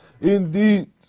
Indeed